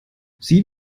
sie